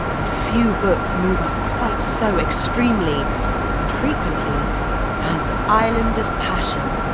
and few books move us quite so extremely and frequently as island of passion,